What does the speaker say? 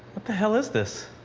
what the hell is this?